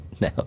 no